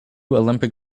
olympic